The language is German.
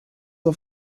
auf